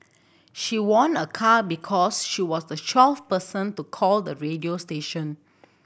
she won a car because she was the twelfth person to call the radio station